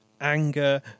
anger